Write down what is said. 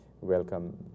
welcome